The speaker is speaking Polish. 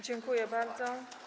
Dziękuję bardzo.